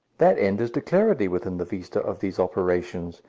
that end is declaredly within the vista of these operations,